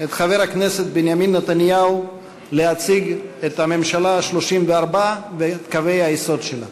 את חבר הכנסת בנימין נתניהו להציג את הממשלה ה-34 ואת קווי היסוד שלה.